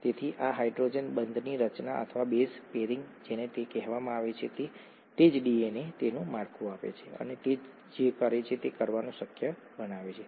તેથી આ હાઇડ્રોજન બંધની રચના અથવા બેઝ પેરિંગ જેને તે કહેવામાં આવે છે તે જ ડીએનએને તેનું માળખું આપે છે અને તે જે કરે છે તે કરવાનું શક્ય બનાવે છે